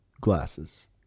glasses